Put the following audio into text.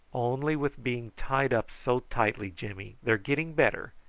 only with being tied up so tightly, jimmy. they're getting better.